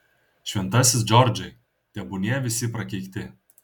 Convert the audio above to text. šventasis džordžai tebūnie visi prakeikti